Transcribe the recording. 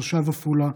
תושב עפולה,